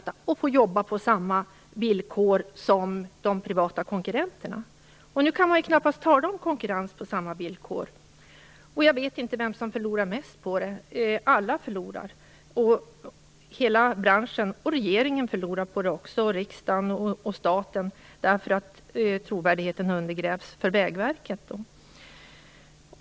Därmed skulle de få jobba på samma villkor som de privata konkurrenterna. Nu kan man knappast tala om konkurrens på samma villkor. Jag vet inte vem som förlorar mest på detta. Alla förlorar. Hela branschen, regeringen, riksdagen och staten förlorar på det, eftersom trovärdigheten för Vägverket undergrävs.